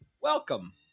Welcome